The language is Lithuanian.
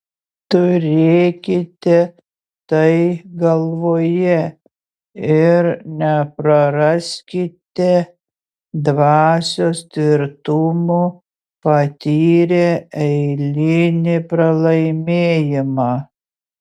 turėkite tai galvoje ir nepraraskite dvasios tvirtumo patyrę eilinį pralaimėjimą